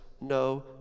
no